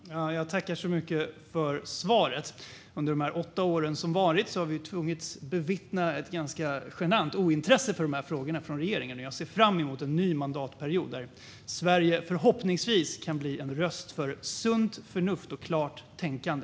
Herr talman! Jag tackar så mycket för svaret. Under de åtta år som varit har vi ju tvingats bevittna ett ganska genant ointresse hos regeringen för dessa frågor. Jag ser fram emot en ny mandatperiod där Sverige förhoppningsvis kan bli en röst för sunt förnuft och klart tänkande.